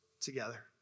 together